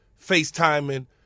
FaceTiming